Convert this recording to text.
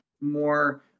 more